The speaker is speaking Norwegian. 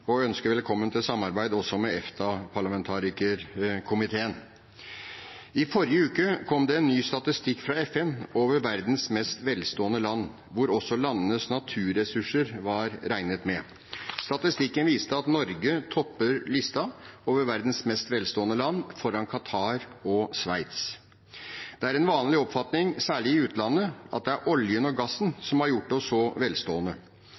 og ønske velkommen til samarbeid også med EFTA-parlamentarikerkomiteen. I forrige uke kom det en ny statistikk fra FN over verdens mest velstående land, hvor også landenes naturressurser var regnet med. Statistikken viste at Norge topper listen over verdens mest velstående land, foran Qatar og Sveits. Det er en vanlig oppfatning, særlig i utlandet, at det er oljen og gassen som har gjort oss så velstående.